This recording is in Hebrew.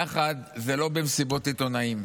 יחד זה לא במסיבות עיתונאים.